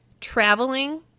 traveling